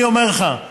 אני אומר לך,